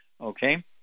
Okay